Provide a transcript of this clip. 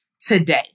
today